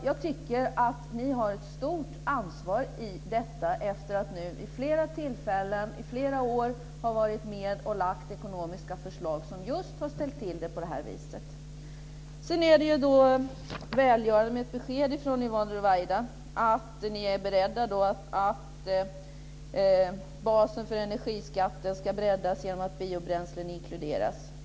Jag tycker att ni har ett stort ansvar i detta efter att vid flera tillfällen i flera år ha varit med och lagt fram ekonomiska förslag som just har ställt till det på det här viset. Det är välgörande med ett besked från Yvonne Ruwaida om att ni är beredda att se till att basen för energiskatten ska breddas genom att biobränslen inkluderas.